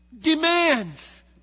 demands